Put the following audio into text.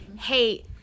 hey